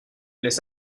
les